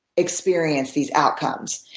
experience these outcomes.